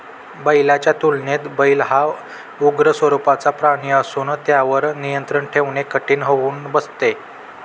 बैलाच्या तुलनेत बैल हा उग्र स्वरूपाचा प्राणी असून त्यावर नियंत्रण ठेवणे कठीण होऊन बसते